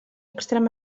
extrem